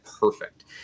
perfect